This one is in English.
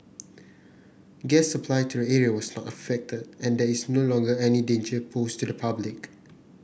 gas supply to the area was not affected and there's no longer any danger posed to the public